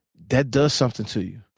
that does something to you.